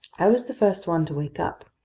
i was the first one to wake up.